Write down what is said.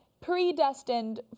predestined